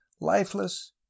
lifeless